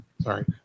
Sorry